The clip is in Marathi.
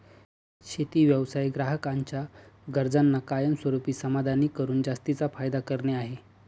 शेती व्यवसाय ग्राहकांच्या गरजांना कायमस्वरूपी समाधानी करून जास्तीचा फायदा करणे आहे